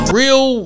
real